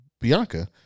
Bianca